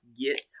get